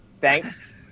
thanks